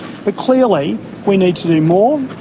but clearly we need to do more,